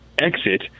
exit